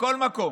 בכל מקום,